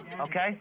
okay